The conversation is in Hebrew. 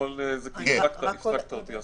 הפסקת אותי.